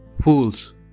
Fools